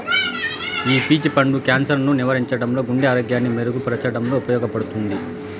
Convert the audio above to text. ఈ పీచ్ పండు క్యాన్సర్ ను నివారించడంలో, గుండె ఆరోగ్యాన్ని మెరుగు పరచడంలో ఉపయోగపడుతుంది